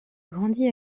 grandi